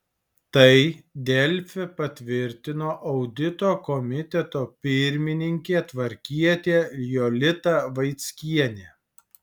tai delfi patvirtino audito komiteto pirmininkė tvarkietė jolita vaickienė